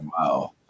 wow